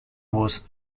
was